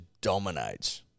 dominates